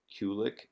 Kulik